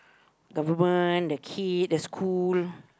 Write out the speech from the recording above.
government the kid the school